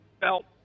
belt